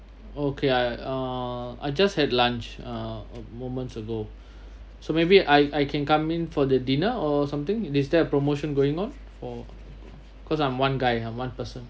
okay I uh I just had lunch uh moments ago so maybe I I can come in for the dinner or something is there a promotion going on for cause I'm one guy I'm one person